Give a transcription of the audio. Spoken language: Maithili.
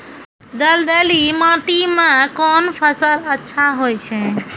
दलदली माटी म कोन फसल अच्छा होय छै?